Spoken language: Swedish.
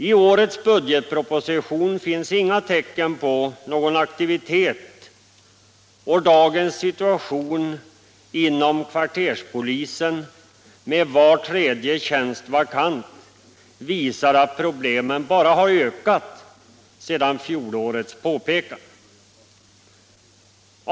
I årets budgetproposition finns inga tecken på någon aktivitet och dagens situation inom kvarterspolisen, med var tredje tjänst vakant, visar att problemen bara har ökat sedan fjolårets påpekande.